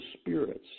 spirits